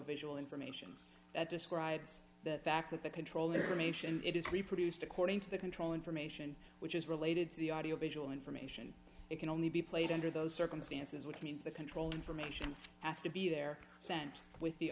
visual information that describes the fact that the control information it is reproduced according to the control information which is related to the audio visual information it can only be played under those circumstances which means that control information asked to be there sent with the